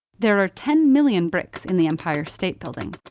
there are ten million bricks in the empire state building,